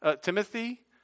Timothy